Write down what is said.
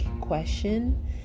question